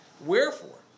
Wherefore